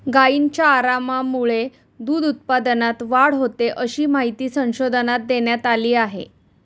गायींच्या आरामामुळे दूध उत्पादनात वाढ होते, अशी माहिती संशोधनात देण्यात आली आहे